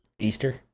Easter